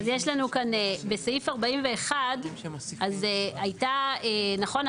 אז יש לנו כאן, בסעיף 41, אז הייתה, נכון?